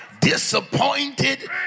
Disappointed